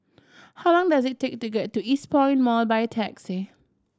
how long does it take to get to Eastpoint Mall by taxi